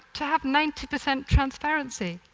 to have ninety percent transparency.